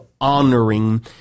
honoring